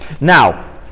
Now